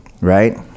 right